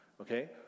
Okay